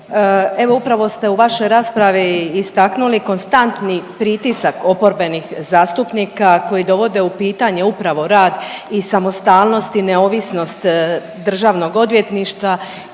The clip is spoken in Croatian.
evo upravo ste u vašoj raspravi istaknuli konstantni pritisak oporbenih zastupnika koji dovode u pitanje upravo rad i samostalnost i neovisnost Državnog odvjetništva